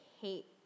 hate